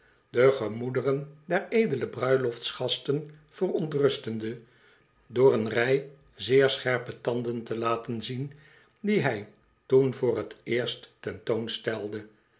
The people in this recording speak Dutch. de gemoederen der edele bruiloftsgasten verontrustende door een rij zeer scherpe tanden te laten zien die hij toen voor t eerst